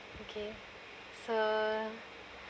okay so